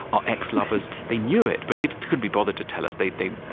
our ex-lovers they knew it, but they couldn't be bothered to tell us. they they